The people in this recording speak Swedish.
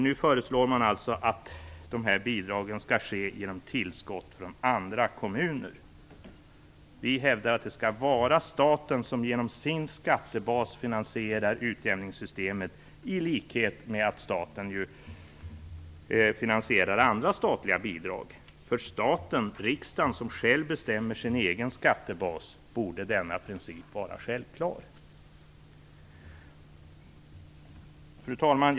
Nu föreslår man att dessa bidrag skall komma till stånd genom tillskott från andra kommuner. Vi hävdar att det skall vara staten som genom sin skattebas finansierar utjämningssystemet i likhet med att staten finansierar andra statliga bidrag. För staten/riksdagen som själv bestämmer sin egen skattebas borde denna princip vara självklar. Fru talman!